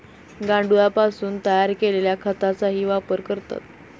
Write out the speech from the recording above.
गांडुळापासून तयार केलेल्या खताचाही वापर करतात